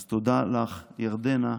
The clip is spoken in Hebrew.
אז תודה לך, ירדנה,